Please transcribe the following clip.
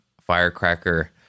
firecracker